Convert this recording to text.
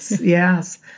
Yes